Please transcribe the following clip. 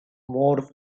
more